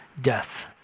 death